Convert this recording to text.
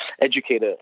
educate